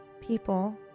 people